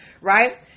right